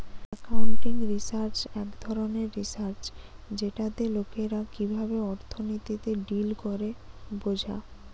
accounting research এক ধরণের research যেটাতে লোকরা কিভাবে অর্থনীতিতে ডিল করে বোঝা